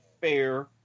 fair